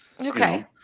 Okay